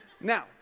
Now